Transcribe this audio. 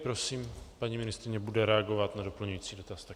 Prosím, paní ministryně bude reagovat na doplňující dotaz.